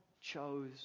chose